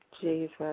Jesus